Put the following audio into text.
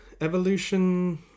evolution